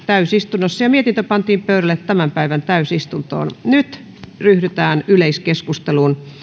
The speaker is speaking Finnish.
täysistunnossa ja mietintö pantiin pöydälle tämän päivän täysistuntoon nyt ryhdytään yleiskeskusteluun